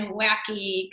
wacky